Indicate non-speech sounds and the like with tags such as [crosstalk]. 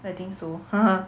I think so [laughs]